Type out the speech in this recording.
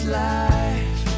life